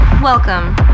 Welcome